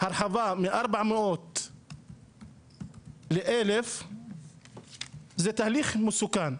מ-400 ל-1,000 זה תהליך מסוכן.